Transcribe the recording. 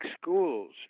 schools